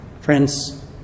Friends